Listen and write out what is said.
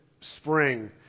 spring